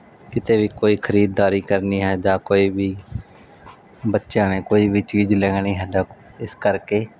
ਕਿਤੇ ਵੀ ਕੋਈ ਖਰੀਦਦਾਰੀ ਕਰਨੀ ਹੈ ਜਾਂ ਕੋਈ ਵੀ ਬੱਚਿਆਂ ਨੇ ਕੋਈ ਵੀ ਚੀਜ਼ ਲੈਣੀ ਹੈ ਤਾਂ ਇਸ ਕਰਕੇ